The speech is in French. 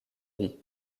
vie